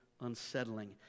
unsettling